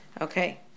Okay